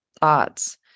thoughts